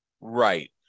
Right